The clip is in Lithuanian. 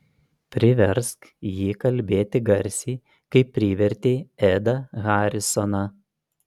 priversk jį kalbėti garsiai kaip privertei edą harisoną